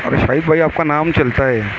ارے شاہد بھائی آپ کا نام چلتا ہے